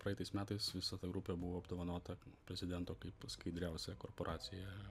praeitais metais visa ta grupė buvo apdovanota prezidento kaip skaidriausia korporacija